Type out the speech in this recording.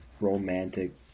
romantic